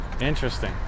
Interesting